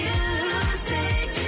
Music